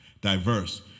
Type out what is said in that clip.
diverse